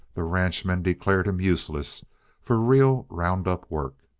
the ranchman declared him useless for real roundup work.